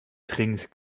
dringend